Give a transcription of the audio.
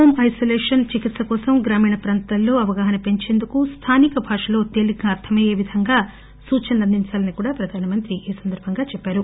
home isolation చికిత్స కోసం గ్రామీణ ప్రాంతాల్లో అవగాహన పెంచేందుకు స్థానిక భాషలో తేలికగా అర్థమయ్యే విధంగా సూచనలు టొమ్మలు అందించాలని కూడా ప్రధాన మంత్రి చెప్పారు